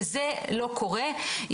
וזה לא קורה.